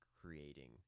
creating